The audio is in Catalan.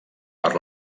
per